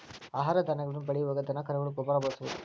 ಆಹಾರ ಧಾನ್ಯಗಳನ್ನ ಬೆಳಿಯುವಾಗ ದನಕರುಗಳ ಗೊಬ್ಬರಾ ಬಳಸುದು